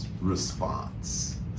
response